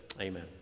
Amen